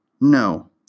No